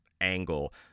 angle